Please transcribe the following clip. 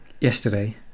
yesterday